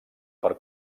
per